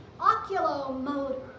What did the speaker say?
oculomotor